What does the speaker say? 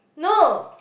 no